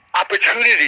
opportunity